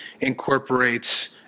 incorporates